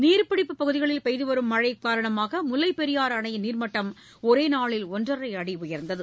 நீர்பிடிப்புப் பகுதிகளில் பெய்து வரும் மழை காரணமாக முல்லைப் பெரியாறு அணையின் நீர்மட்டம் ஒரே நாளில் ஒன்றரை அடி உயர்ந்தது